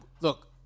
Look